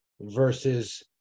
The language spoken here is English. versus